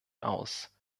aus